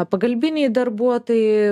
pagalbiniai darbuotojai